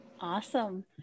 awesome